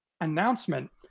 announcement